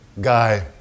guy